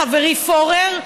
חברי פורר,